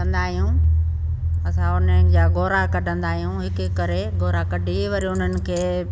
कंदा आहियूं असां हुन जा ॻोढ़ा कढंदा आहियूं हिकु हिकु करे ॻोढ़ा कढी वरी उन्हनि खे